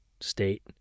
State